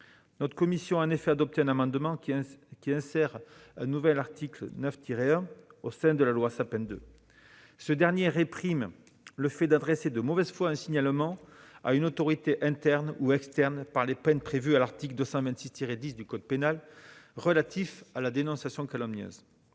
Notre commission a en effet adopté un amendement qui insère un nouvel article 9-1 au sein de la loi Sapin II. Ce dernier réprime le fait d'adresser de mauvaise foi un signalement à une autorité interne ou externe par les peines prévues à l'article 226-10 du code pénal relatif à la dénonciation calomnieuse.